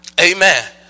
Amen